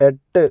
എട്ട്